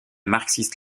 marxiste